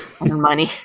money